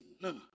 no